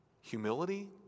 humility